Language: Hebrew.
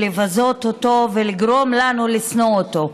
לבזות אותו ולגרום לנו לשנוא אותו.